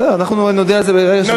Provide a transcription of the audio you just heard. בסדר, אנחנו נודיע את זה בהמשך.